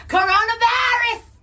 Coronavirus